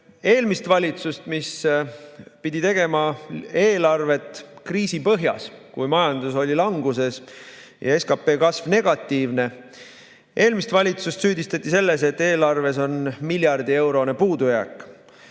eelmist valitsust, kes pidi tegema eelarvet kriisi põhjas, kui majandus oli languses ja SKP kasv negatiivne, süüdistati selles, et eelarves on miljardieurone puudujääk.